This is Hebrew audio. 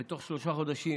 ותוך שלושה חודשים